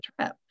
trip